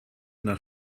nach